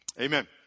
amen